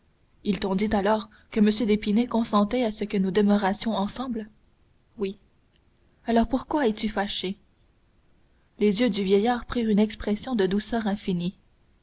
t'ont dit alors que m d'épinay consentait à ce que nous demeurassions ensemble oui alors pourquoi es-tu fâché les yeux du vieillard prirent une expression de douceur infinie